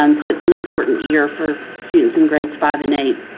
um so, it's an important year for students in grades five and eight.